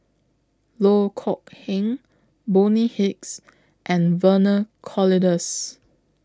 Loh Kok Heng Bonny Hicks and Vernon Cornelius